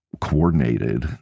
coordinated